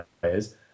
players